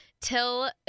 till